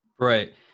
Right